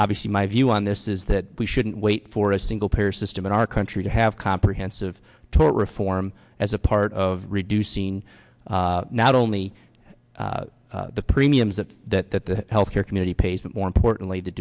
obviously my view on this is that we shouldn't wait for a single payer system in our country to have comprehensive tort reform as a part of reducing not only the premiums that that that the health care community pays and more importantly to